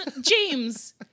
James